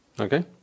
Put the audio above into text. okay